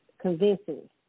convincing